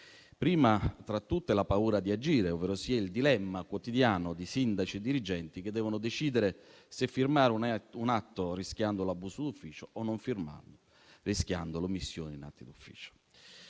prima tra tutte la paura di agire, ovverosia il dilemma quotidiano di sindaci e dirigenti che devono decidere se firmare un atto rischiando l'abuso d'ufficio o non firmarlo, rischiando l'omissione in atti d'ufficio.